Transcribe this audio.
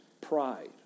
pride